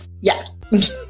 yes